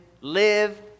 live